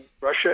Russia